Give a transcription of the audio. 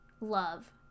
love